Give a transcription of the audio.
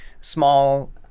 small